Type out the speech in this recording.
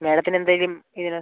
മേഡത്തിന് എന്തെങ്കിലും ഇങ്ങനെ